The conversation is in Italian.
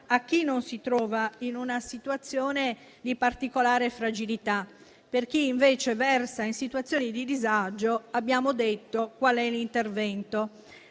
a chi non si trova in una situazione di particolare fragilità. Per chi invece versa in situazioni di disagio, abbiamo detto qual è l'intervento.